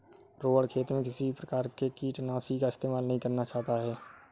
रोहण खेत में किसी भी प्रकार के कीटनाशी का इस्तेमाल नहीं करना चाहता है